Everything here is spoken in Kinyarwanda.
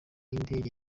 y’indege